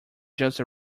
just